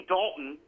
Dalton